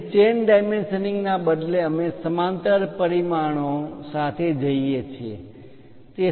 અહીં chain dimensioning ના બદલે અમે સમાંતર પરિમાણો સાથે જઈએ છીએ